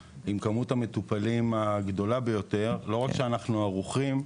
עם כמות המטופלים הגדולה ביותר לא רק שאנחנו ערוכים,